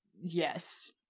Yes